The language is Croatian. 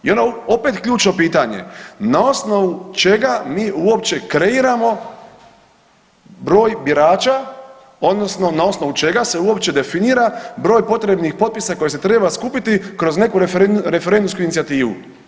I onda opet ključno pitanje, na osnovu čega mi uopće kreiramo broj birača odnosno na osnovu čega se uopće definira broj potrebnih potpisa koje se treba skupiti kroz neko referendumsku inicijativu.